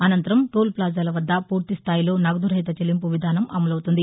అనంతరం టోల్ ప్లాజాల వద్ద పూర్తిస్తాయిలో నగదు రహిత చెల్లింపు విధానం అమలవుతుంది